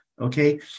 Okay